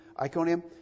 Iconium